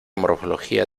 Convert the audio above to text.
morfología